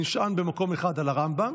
הוא נשען במקום אחד על רמב"ם.